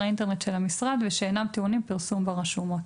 האינטרנט של המשרד ושאינם טעונים פרסום ברשומות.""